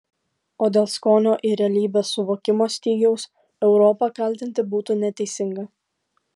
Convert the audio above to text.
o dėl skonio ir realybės suvokimo stygiaus europą kaltinti būtų neteisinga